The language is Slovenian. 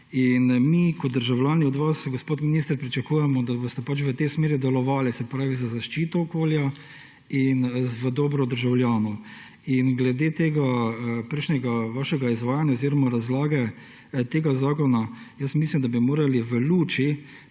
Mi kot državljani od vas, gospod minister, pričakujemo, da boste v tej smeri delovali, se pravi za zaščito okolja in v dobro državljanov. Glede vašega prejšnjega izvajanja oziroma razlage tega zakona mislim, da bi morali v luči